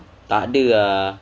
tak ada ah